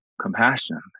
compassion